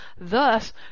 thus